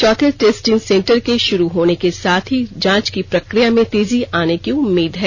चौथे testing centre के शुरू होने के साथ ही जांच की प्रक्रिया में तेजी आने की उम्मीद है